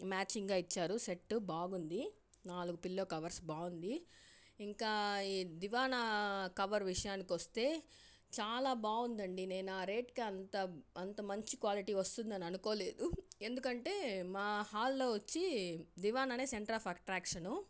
మ్యాచింగ్గా ఇచ్చారు సెట్ బాగుంది నాలుగు పిల్లో కవర్స్ బాగుంది ఇంకా ఈ దివాన్ కవర్ విషయానికి వస్తే చాలా బాగుందండి నేను ఆ రేట్కి అంత అంత మంచి క్వాలిటీ వస్తుందని అనుకోలేదు ఎందుకంటే మా హాల్లో వచ్చి divan a centre of attraction